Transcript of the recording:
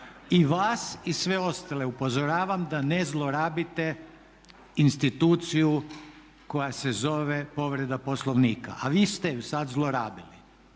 I vas i sve ostale upozoravam da ne zlorabite instituciju koja se zove povreda Poslovnika. A vi ste je sad zlorabili.